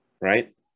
right